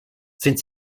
sind